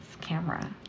camera